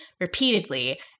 repeatedly